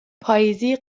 پاییزی